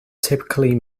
typically